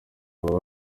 baba